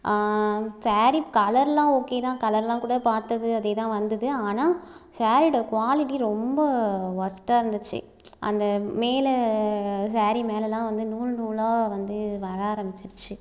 சாரீ கலர்லாம் ஓகே தான் கலர்லாம் கூட பார்த்தது அதே தான் வந்துது ஆனால் சாரீயோட குவாலிட்டி ரொம்ப ஒஸ்ட்டாக இருந்துச்சு அந்த மேலே சாரீ மேலேலாம் வந்து நூல் நூலாக வந்து வர ஆரம்பிச்சிடுச்சு